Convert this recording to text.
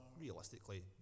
realistically